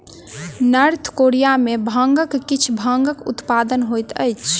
north Korea में भांगक किछ भागक उत्पादन होइत अछि